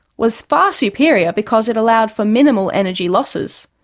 was far superior because it allowed for minimal energy losses.